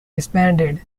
disbanded